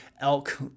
elk